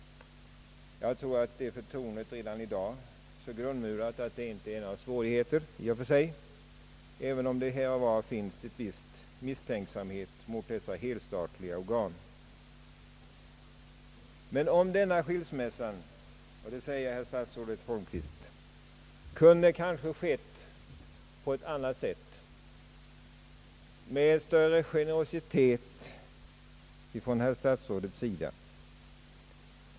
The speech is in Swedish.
Jag tror att förtroendet redan i dag är så grundmurat att det inte blir några svårigheter, även om det här och var finns en viss misstänksamhet mot dessa helstatliga organ. Men denna skilsmässa — det säger jag till statsrådet Holmqvist — kunde ha skett på ett annat sätt, med större generositet från statsrådets sida.